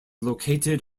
located